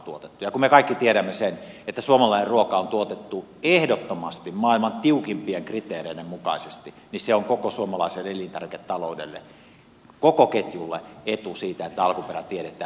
ja kun me kaikki tiedämme sen että suomalainen ruoka on tuotettu ehdottomasti maailman tiukimpien kriteereiden mukaisesti niin se on koko suomalaiselle elintarviketaloudelle koko ketjulle etu siitä että alkuperä tiedetään